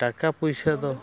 ᱴᱟᱠᱟ ᱯᱩᱭᱥᱟᱹ ᱫᱚ